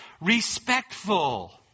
respectful